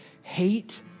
Hate